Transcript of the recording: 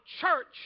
church